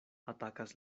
atakas